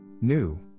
New